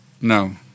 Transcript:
No